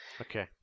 Okay